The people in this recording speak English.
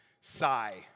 sigh